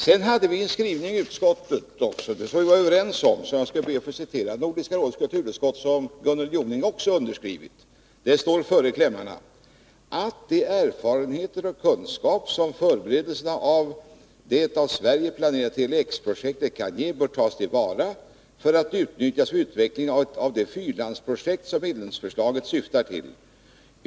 Det finns en skrivning i Nordiska rådets kulturutskotts betänkande som vi var överens om och som också Gunnel Jonäng har skrivit under. Jag skall be att få citera det som står före klämmarna: ”De erfarenheter och kunskaper som förberedelserna av det av Sverige planerade Tele-X-projektet kan ge, bör tas till vara för att utnyttjas vid utvecklingen av det fyrlandsprojekt som förslaget syftar till.